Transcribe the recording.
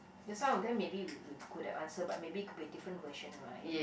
ya some of them maybe good at answer but maybe could be a different version right